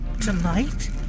tonight